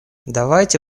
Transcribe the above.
давайте